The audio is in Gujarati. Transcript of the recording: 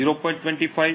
25 અને 0